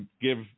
give